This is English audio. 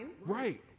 Right